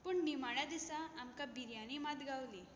पूण निमाण्या दिसा आमकां बिरयानी मात गावली